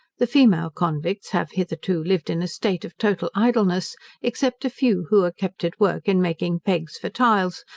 the female convicts have hitherto lived in a state of total idleness except a few who are kept at work in making pegs for tiles,